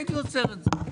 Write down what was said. הייתי עוצר את זה.